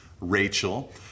Rachel